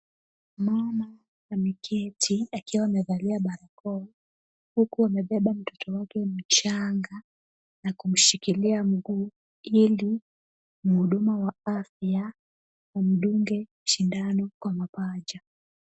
Mama ameketi akiwa amevalia barakoa huku amebeba mtoto wake mchanga na kumshikilia mguu ili mhudumu wa afya amdunge sindano kwa mapaja.